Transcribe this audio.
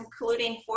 including